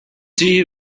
dee